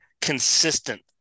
consistent